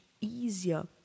easier